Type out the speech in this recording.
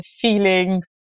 feeling